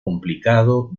complicado